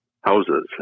houses